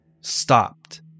stopped